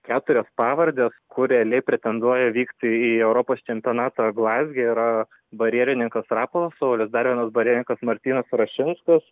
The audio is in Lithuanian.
keturios pavardė kur realiai pretenduoja vykti į europos čempionatą glazge yra barjerininkas rapolas saulius dar vienas barjerininkas martynas rašinskas